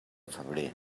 febrer